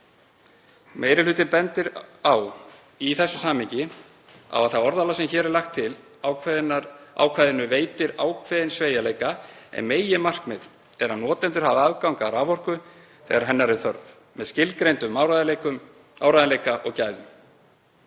Meiri hlutinn bendir í þessu samhengi á að það orðalag sem hér er lagt til í ákvæðinu veitir ákveðinn sveigjanleika en meginmarkmiðið er að notendur hafi aðgang að raforku þegar hennar er þörf, með skilgreindum áreiðanleika og gæðum.